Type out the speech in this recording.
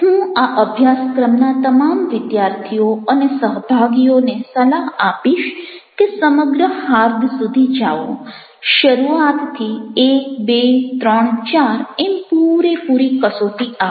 હું આ અભ્યાસક્રમના તમામ વિદ્યાર્થીઓ અને સહભાગીઓને સલાહ આપીશ કે સમગ્ર હાર્દ સુધી જાઓ શરૂઆતથી 1234 એમ પૂરેપૂરી કસોટી આપો